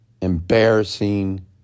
embarrassing